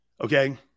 Okay